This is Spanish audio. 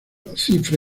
cifra